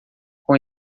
com